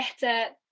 better